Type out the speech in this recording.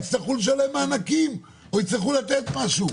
יצטרכו לשלם מענקים או יצטרכו לתת משהו.